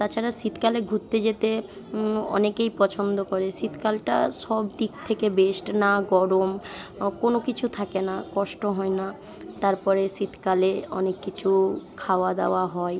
তাছাড়া শীতকালে ঘুরতে যেতে অনেকেই পছন্দ করে শীতকালটা সব দিক থেকে বেস্ট না গরম কোনো কিছু থাকে না কষ্ট হয় না তারপরে শীতকালে অনেক কিছু খাওয়া দাওয়া হয়